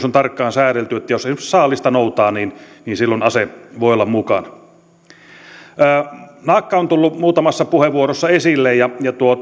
on tarkkaan säädelty että jos esimerkiksi saalista noutaa niin niin silloin ase voi olla mukana naakka on tullut muutamassa puheenvuorossa esille ja